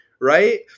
right